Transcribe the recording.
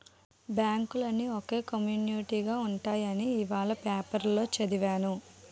బాంకులన్నీ ఒకే కమ్యునీటిగా ఉంటాయని ఇవాల పేపరులో చదివాను